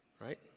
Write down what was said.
right